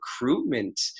recruitment